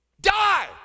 die